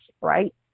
right